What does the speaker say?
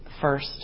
First